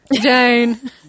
Jane